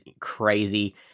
crazy